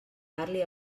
parli